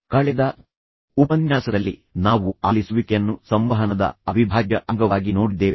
ಕಳೆದ ಉಪನ್ಯಾಸದಲ್ಲಿ ನಾವು ಆಲಿಸುವಿಕೆಯನ್ನು ಸಂವಹನದ ಅವಿಭಾಜ್ಯ ಅಂಗವಾಗಿ ನೋಡಿದ್ದೇವೆ